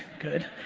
good.